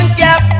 gap